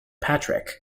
patrick